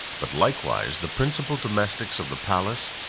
but likewise the principal domestics of the palace,